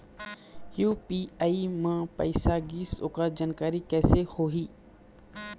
UPI म पैसा गिस ओकर जानकारी कइसे होही?